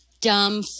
dumb